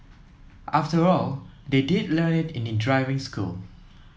after all they did learn it in driving school